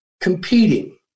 competing